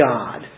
God